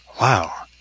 Wow